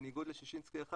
בניגוד לששינסקי 1,